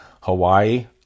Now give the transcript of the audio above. Hawaii